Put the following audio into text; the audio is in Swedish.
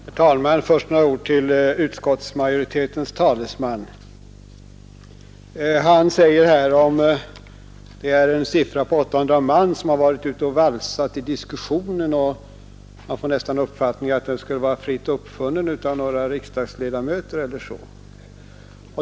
Herr talman! Först några ord till utskottsmajoritetens talesman! Han nämner siffran 800 man, ”som har varit ute och valsat i diskussionen”; man får nästan den uppfattningen att den skulle ha varit fritt uppfunnen av några riksdagsledamöter.